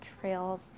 trails